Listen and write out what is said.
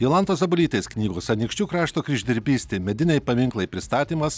jolantos sabulytės knygos anykščių krašto kryždirbystė mediniai paminklai pristatymas